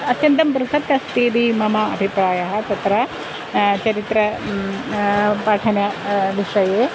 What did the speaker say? अत्यन्तं बृहत् अस्ति इति मम अभिप्रायः तत्र चरित्रं पठन विषये